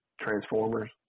Transformers